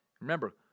Remember